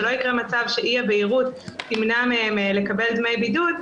שלא יהיה מצב שאי הבהירות תמנע מהם לקבל דמי בידוד,